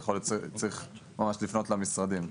יכול להיות שצריך ממש לפנות למשרדים.